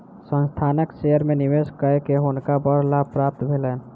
संस्थानक शेयर में निवेश कय के हुनका बड़ लाभ प्राप्त भेलैन